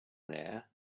there